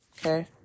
Okay